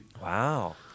Wow